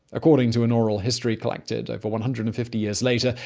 according to an oral history collected over one hundred and fifty years later,